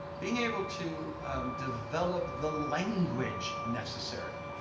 being able to develop the language necessary